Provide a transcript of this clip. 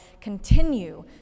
continue